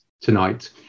tonight